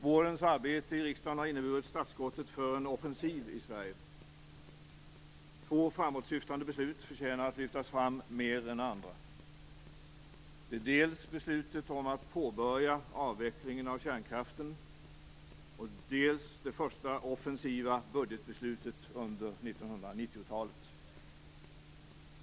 Vårens arbete i riksdagen har inneburit startskottet för en offensiv i Sverige. Två framåtsyftande beslut förtjänas att lyftas fram mer än andra, dels beslutet om att påbörja avvecklingen av kärnkraften, dels det första offensiva budgetbeslutet under 1990-talet.